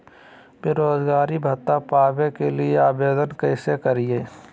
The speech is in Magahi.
बेरोजगारी भत्ता पावे के लिए आवेदन कैसे करियय?